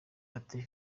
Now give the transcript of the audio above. ati